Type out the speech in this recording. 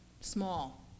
small